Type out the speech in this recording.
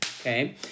okay